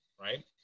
right